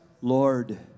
Lord